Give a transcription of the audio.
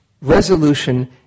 Resolution